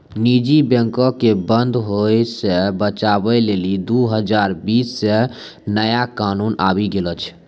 निजी बैंको के बंद होय से बचाबै लेली दु हजार बीस मे नया कानून आबि गेलो छै